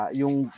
yung